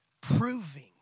proving